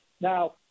Now